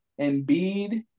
Embiid